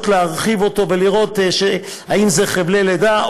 להרחיב אותו ולראות אם אלה חבלי לידה,